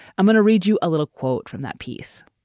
i'm going to read you a little quote from that piece.